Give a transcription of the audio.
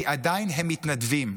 כי הם עדיין מתנדבים.